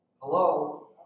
Hello